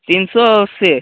ତିନିଶହ ଅଶୀ